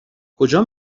کجا